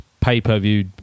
pay-per-view